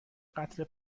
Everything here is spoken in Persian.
قتل